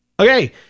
Okay